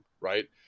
right